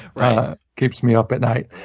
right. keeps me up at night.